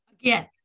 Again